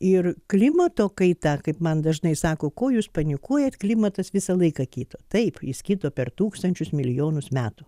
ir klimato kaita kaip man dažnai sako ko jūs panikuojat klimatas visą laiką kito taip jis kito per tūkstančius milijonus metų